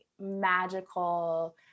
magical